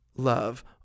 Love